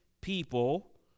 people